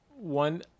One